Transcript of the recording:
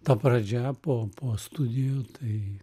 ta pradžia po po studijų tai